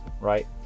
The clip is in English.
right